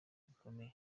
bikomeye